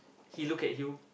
he look at you